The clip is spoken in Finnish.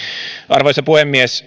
arvoisa puhemies